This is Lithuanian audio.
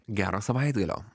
gero savaitgalio